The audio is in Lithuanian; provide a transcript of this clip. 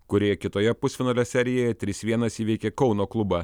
kurie kitoje pusfinalio serijoje trys vienas įveikė kauno klubą